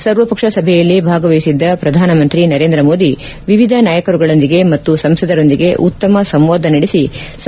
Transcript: ಸರ್ವಪಕ್ಷ ಸಭೆಯಲ್ಲಿ ಭಾಗವಹಿಸಿದ್ದ ಪ್ರಧಾನಮಂತ್ರಿ ನರೇಂದ್ರ ಮೋದಿ ವಿವಿಧ ನಾಯಕರುಗಳೊಂದಿಗೆ ಮತ್ತು ಸಂಸದರೊಂದಿಗೆ ಉತ್ತಮ ಸಂವಾದ ನಡೆಯಿತು